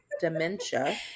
dementia